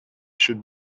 should